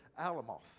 alamoth